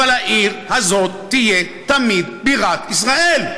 אבל העיר הזאת תהיה תמיד בירת ישראל,